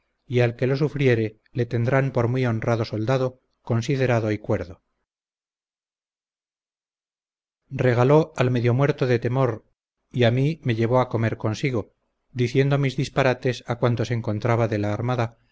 y al que lo sufriere le tendrán por muy honrado soldado considerado y cuerdo regaló al medio muerto de temor y a mi me llevó a comer consigo diciendo mis disparates a cuantos encontraba de la armada